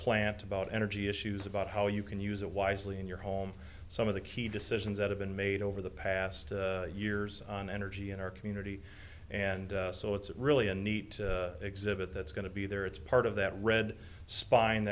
plant about energy issues about how you can use it wisely in your home some of the key decisions that have been made over the past years on energy in our community and so it's really a neat exhibit that's going to be there it's part of that red spine